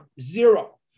Zero